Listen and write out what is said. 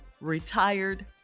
retired